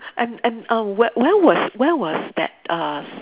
and and err wh~ where was where was that uh